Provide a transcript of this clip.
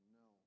no